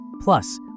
Plus